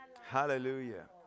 Hallelujah